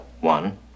One